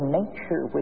nature